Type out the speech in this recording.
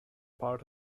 part